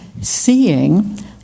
seeing